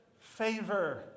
favor